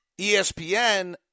ESPN